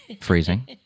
freezing